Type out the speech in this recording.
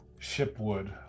shipwood